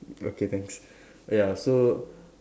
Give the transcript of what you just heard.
okay thanks ya so